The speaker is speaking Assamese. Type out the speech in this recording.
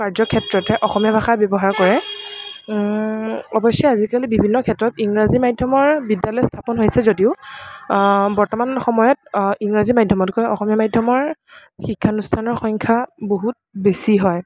কাৰ্যক্ষেত্ৰত অসমীয়া ভাষা ব্য়ৱহাৰ কৰে অৱশ্য়ে আজিকালি বিভিন্ন ক্ষেত্ৰত ইংৰাজী মাধ্য়মৰ বিদ্য়ালয় স্থাপন হৈছে যদিও বৰ্তমান সময়ত ইংৰাজী মাধ্য়মতকৈ অসমীয়া মাধ্য়মৰ শিক্ষানুষ্ঠানৰ সংখ্য়া বহুত বেছি হয়